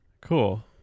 Cool